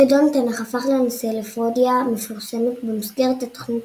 חידון התנ"ך הפך לנושא לפרודיה מפורסמת במסגרת התוכנית